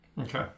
Okay